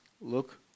look